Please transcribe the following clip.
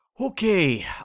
okay